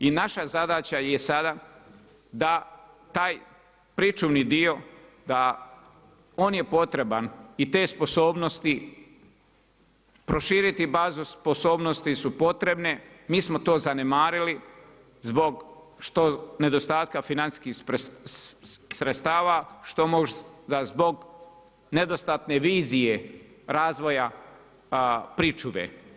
I naša zadaća je sada da taj pričuvni dio, da, on je potreban i te sposobnosti, proširiti bazu sposobnosti su potrebne, mi smo to zanemarili zbog što nedostataka financijskih sredstva, zbog nedostatne vizije razvoja pričuve.